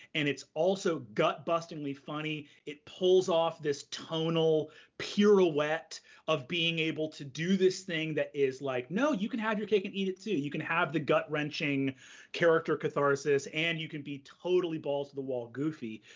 and it's also gut-bustingly funny. it pulls off this tonal pirouette of being able to do this thing that is like, no, you can have your cake and eat it too. you can have the gut-wrenching character catharsis, and you can be totally balls-to-the-wall goofy.